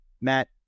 Matt